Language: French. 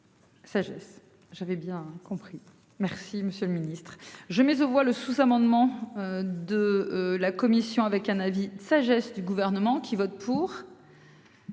Sagesse. J'avais bien compris. Merci Monsieur le Ministre. Je mets aux voix le sous-amendement. De la commission avec un avis sagesse du gouvernement qui vote pour.